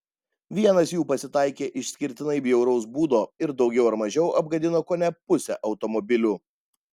vienas jų pasitaikė išskirtinai bjauraus būdo ir daugiau ar mažiau apgadino kone pusę automobilių